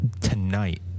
tonight